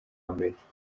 mbere